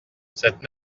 cette